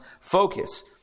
focus